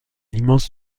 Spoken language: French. immense